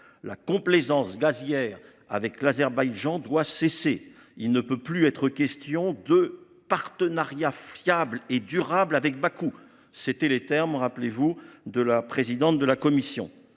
La complaisance gazière avec l’Azerbaïdjan doit cesser. Il ne peut plus être question d’un « partenariat fiable et durable » avec Bakou, pour reprendre les termes de la présidente de la Commission